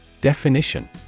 Definition